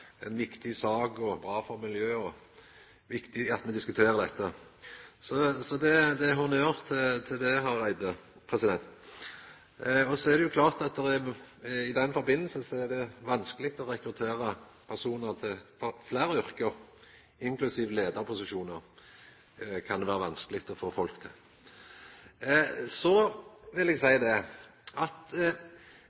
viktig sak, det er bra for miljøet, og det er viktig at me diskuterer dette. Så det er honnør til Hareide. I samband med det er det jo klart at det er vanskeleg å rekruttera personar til fleire yrke, inklusiv leiarposisjonar, som det kan vera vanskeleg å få folk til. Er det då så